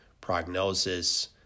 prognosis